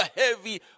heavy